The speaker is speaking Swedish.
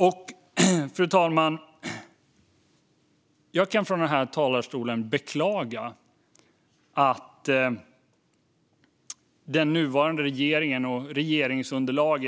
sättet att faktiskt tillgängliggöra billiga hyresrätter. Om vi får fart på flyttkedjorna är det nämligen precis vad som sker. Fru talman!